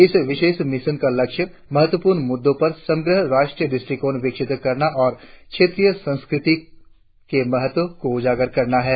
इस विशेष मिशन का लक्ष्य महत्वपूर्ण मुद्दों पर समग्र राष्ट्रीय दृष्टिकोण विकसित करना और क्षेत्रीय संस्कृतियों के महत्व को उजागर करना है